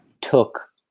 Took